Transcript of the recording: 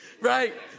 right